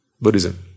Buddhism